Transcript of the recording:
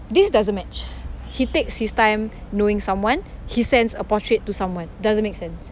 this doesn't match he takes his time knowing someone he sends a portrait to someone doesn't make sense